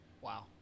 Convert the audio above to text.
Wow